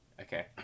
Okay